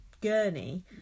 gurney